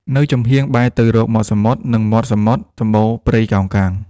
នៅចំហៀងបែរទៅរកមាត់សមុទ្រ និងមាត់សមុទ្រ សំបូរព្រៃកោងកាង ។